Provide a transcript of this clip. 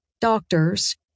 Doctors